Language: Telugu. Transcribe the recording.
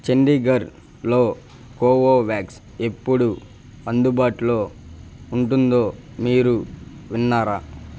చండీఘడ్లో కోవో వ్యాక్స్ ఎప్పుడు అందుబాటులో ఉంటుందో మీరు విన్నారా